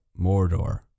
Mordor